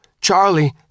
Charlie